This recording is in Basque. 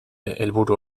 helburu